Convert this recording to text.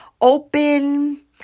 open